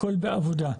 הכול בעבודה.